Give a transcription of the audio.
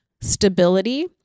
stability